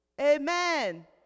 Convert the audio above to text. Amen